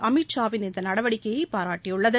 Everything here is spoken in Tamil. அமித்ஷாவின் இந்த நடவடிக்கையை பாராட்டியுள்ளது